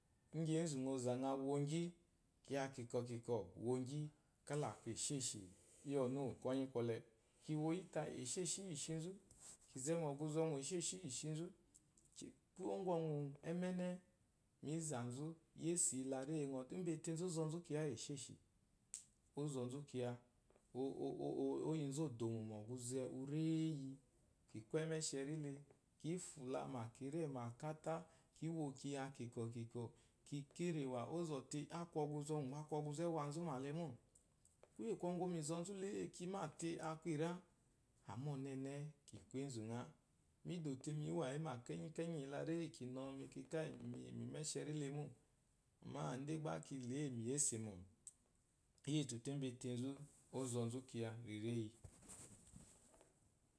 Igye enzu ngho ozangha wogyi kiya kunkwo-kunkwo wogyi kalaku esheshiri iyi ɔnu uwu kwonyi kwole, kiyi woyi ka esheshi iyi ishinzu, ze mu ɔguze meshseshi iyi ishinzu ze wo ngongu emene mezansu yesu la reyi ngɔ otenzu ɔnzu kiya lgyic eshestic ɔnzuzu kuya oyinzu otamu ɔguze ewo iyeyi kiku emeseberi le ki fulama mu akata ki wokiya kinkwoi kunkwo ki riri ewa ɔzɔte aku ɔzuze gba aku ɔguze uwuwanzu lemo. kuye kungu oyi mu izonzu bi akun era, amma ɔnene mi dote mi wayi kenyi-kenyi mekaka mi me sheri mimo amma idaigba ki loyi mu iyesemo, kiyi te itenzu ɔzonzui kiya.